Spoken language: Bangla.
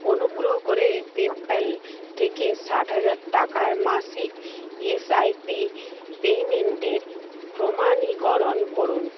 অনুগ্রহ করে পেপ্যাল থেকে ষাট হাজার টাকার মাসিক এসআইপি পেইমেন্টের প্রমাণীকরণ করুন